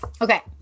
Okay